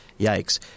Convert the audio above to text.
Yikes